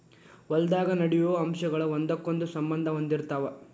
ಹೊಲದಾಗ ನಡೆಯು ಅಂಶಗಳ ಒಂದಕ್ಕೊಂದ ಸಂಬಂದಾ ಹೊಂದಿರತಾವ